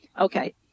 Okay